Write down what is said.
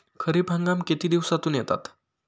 खरीप हंगाम किती दिवसातून येतात?